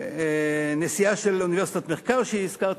נשיאה של אוניברסיטת מחקר שהזכרתי.